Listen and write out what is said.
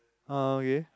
ah okay